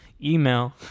email